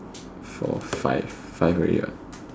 four five five already what